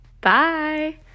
bye